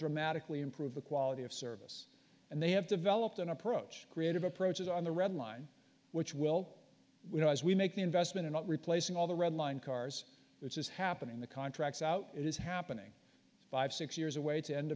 dramatically improve the quality of service and they have developed an approach grid of approaches on the red line which will as we make the investment in not replacing all the redline cars which is happening the contracts out it is happening five six years away it's end